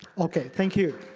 okay. thank you.